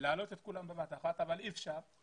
להעלות את כולם בבת אחת אבל מאחר ואי אפשר,